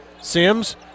Sims